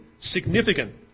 significant